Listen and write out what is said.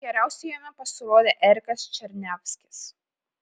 geriausiai jame pasirodė erikas černiavskis